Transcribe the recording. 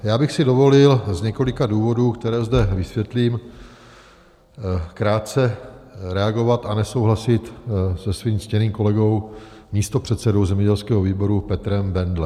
Já bych si dovolil z několika důvodů, které zde vysvětlím, krátce reagovat a nesouhlasit se svým ctěným kolegou, místopředsedou zemědělského výboru Petrem Bendlem.